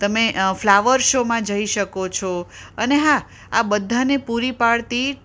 તમે ફ્લાવર શોમાં જઈ શકો છો અને હા આ બધાને પૂરી પાડતી